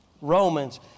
Romans